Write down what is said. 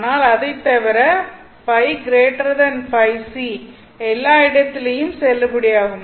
ஆனால் அதைத்தவிர ØØc எல்லா இடத்திலேயும் செல்லுபடியாகும்